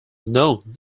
known